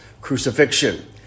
crucifixion